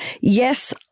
yes